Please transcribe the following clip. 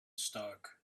stock